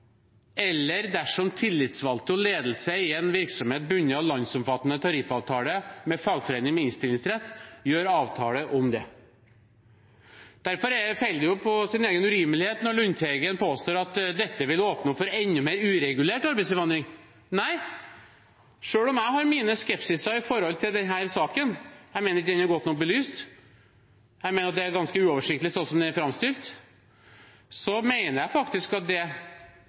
eller dersom tillitsvalgte og ledelse i en virksomhet bundet av landsomfattende tariffavtale med fagforening med innstillingsrett gjør avtale om det. Derfor faller det på sin egen urimelighet når Lundteigen påstår at dette vil åpne for enda mer uregulert arbeidsinnvandring. Nei, selv om jeg har mine skepsiser når det gjelder denne saken – jeg mener den ikke er godt nok belyst, jeg mener at den er ganske uoversiktlig slik den er framstilt – mener jeg faktisk at